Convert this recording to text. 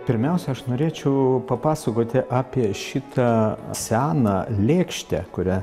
pirmiausia aš norėčiau papasakoti apie šitą seną lėkštę kurią